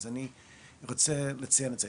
אז אני רוצה לציין את זה.